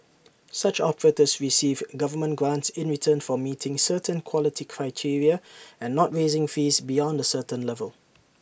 such operators receive government grants in return for meeting certain quality criteria and not raising fees beyond A certain level